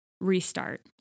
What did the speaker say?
Restart